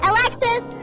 Alexis